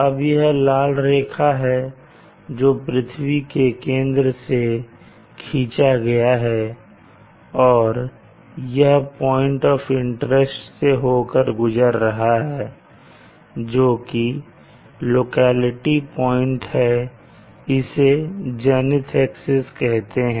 अब यह लाल रेखा है जो पृथ्वी के केंद्र से खींचा गया है और यह पॉइंट ऑफ इंटरेस्ट से होकर गुजर रहा है जोकि लोकेलिटी पॉइंट है इसे जेनिथ एक्सिस कहते हैं